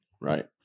Right